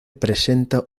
presenta